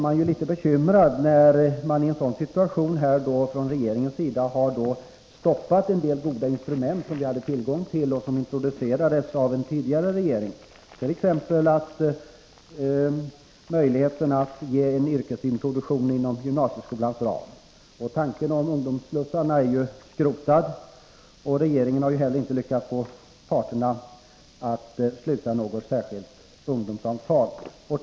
Man blir litet bekymrad över att regeringen i en sådan situation har stoppat användningen av en del goda instrument som vi hade tillgång till i, och som introducerades av, en tidigare regering. Det gäller t.ex. möjligheterna att ge en yrkesintroduktion inom gymnasieskolans ram. Tanken på ungdomsslussar är skrotad, och regeringen har vidare inte lyckats få arbetsmarknadens parter att sluta något särskilt ungdomsavtal.